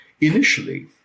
Initially